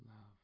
love